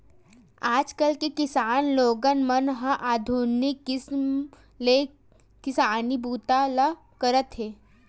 आजकाल के किसान लोगन मन ह आधुनिक किसम ले किसानी बूता ल करत हे